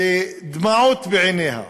ודמעות בעיניה.